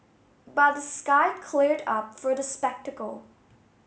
but the sky cleared up for the spectacle